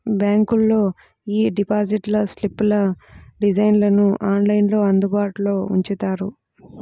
బ్యాంకులోళ్ళు యీ డిపాజిట్ స్లిప్పుల డిజైన్లను ఆన్లైన్లో అందుబాటులో ఉంచుతారు